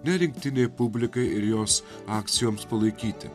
ne rinktinei publikai ir jos akcijoms palaikyti